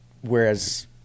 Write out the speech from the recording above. whereas